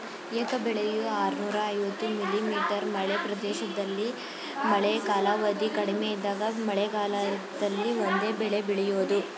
ಏಕ ಬೆಳೆಯು ಆರ್ನೂರ ಐವತ್ತು ಮಿ.ಮೀ ಮಳೆ ಪ್ರದೇಶದಲ್ಲಿ ಮಳೆ ಕಾಲಾವಧಿ ಕಡಿಮೆ ಇದ್ದಾಗ ಮಳೆಗಾಲದಲ್ಲಿ ಒಂದೇ ಬೆಳೆ ಬೆಳೆಯೋದು